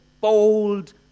bold